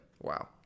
wow